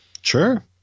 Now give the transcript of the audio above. Sure